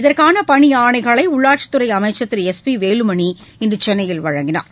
இதற்கான பணி ஆணைகளை உள்ளாட்சித் துறை அமைச்சர் திரு எஸ் பி வேலுமணி இன்று சென்னையில் வழங்கினார்